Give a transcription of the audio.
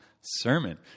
sermon